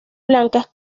blancas